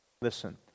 Listen